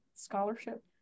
scholarship